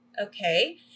Okay